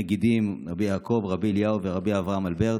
נגידים, רבי יעקב, רבי אליהו ורבי אברהם אלברט.